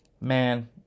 man